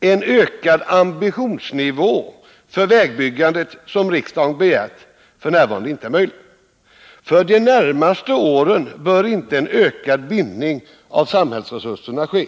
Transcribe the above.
en ökad ambitionsnivå för vägbyggandet som riksdagen begärt f. n. inte är möjlig. För de närmaste åren bör inte en ökad bindning av samhällsresurserna ske.